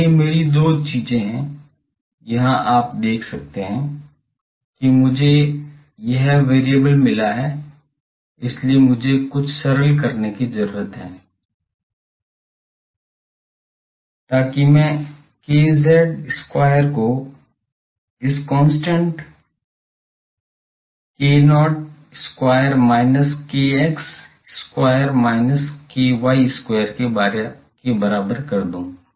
तो ये मेरी दो चीजें हैं यहां आप देख सकते हैं कि मुझे यह चर मिला है इसलिए मुझे कुछ सरल करने की जरुरत है ताकि मैं kz square को इस constant k0 square minus kx square minus ky square के बराबर कर दूं